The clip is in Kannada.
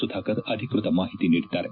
ಸುಧಾಕರ್ ಅಧಿಕೃತ ಮಾಹಿತಿ ನೀಡಿದ್ದಾರೆ